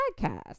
podcast